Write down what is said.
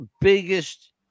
biggest